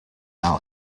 now